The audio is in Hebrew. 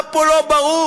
מה פה לא ברור?